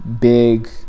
big